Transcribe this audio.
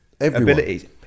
abilities